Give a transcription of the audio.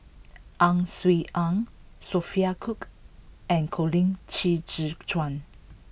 Ang Swee Aun Sophia Cooke and Colin Qi Zhe Quan